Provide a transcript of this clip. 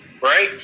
right